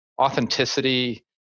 authenticity